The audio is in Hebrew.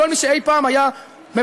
כל מי שאי-פעם היה בבג"ץ,